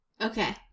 Okay